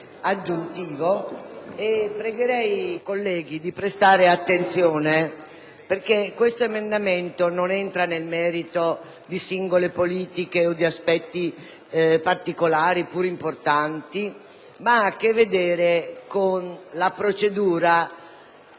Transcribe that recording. aggiuntivo. Pregherei i colleghi di prestare attenzione perché quest'emendamento non entra nel merito di singole politiche o di aspetti particolari, pure importanti, ma riguarda la procedura